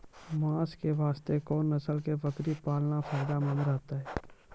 मांस के वास्ते कोंन नस्ल के बकरी पालना फायदे मंद रहतै?